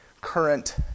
current